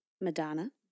Madonna